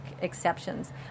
exceptions